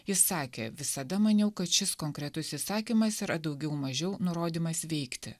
jis sakė visada maniau kad šis konkretus įsakymas yra daugiau mažiau nurodymas veikti